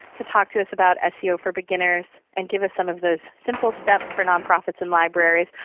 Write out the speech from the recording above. to talk to us about seo for beginners and give us some of those simple steps for nonprofits and libraries.